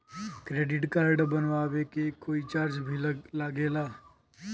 Credit card बनवावे के कोई चार्ज भी लागेला?